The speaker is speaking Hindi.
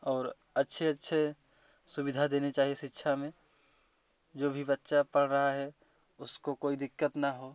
और अच्छी अच्छी सुविधा देनी चाहिए शिक्षा में जो भी बच्चा पढ़ रहा है उसको कोई दिक्कत ना हो